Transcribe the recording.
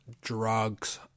Drugs